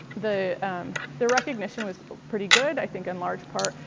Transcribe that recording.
the the recognition was pretty good. i think enlarged part,